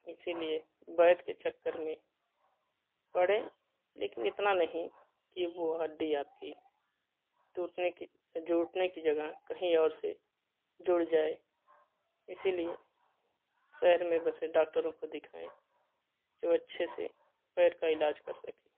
इसीलिए वैध के चक्कर में पड़ें लेकिन इतना नहीं कि वह हड्डी आपकी टूटने की जुड़ने की जगह कहीं और से जुद जाए इसीलिए शहर में बसे डाक्टरों को दिखाएँ जो अच्छे पैर का इलाज कर सके